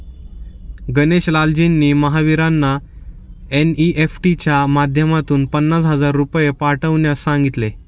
गणेश लालजींनी महावीरांना एन.ई.एफ.टी च्या माध्यमातून पन्नास हजार रुपये पाठवण्यास सांगितले